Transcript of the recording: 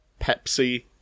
Pepsi